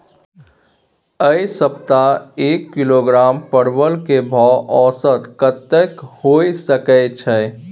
ऐ सप्ताह एक किलोग्राम परवल के भाव औसत कतेक होय सके छै?